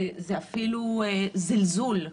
זה אפילו זלזול,